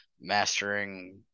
mastering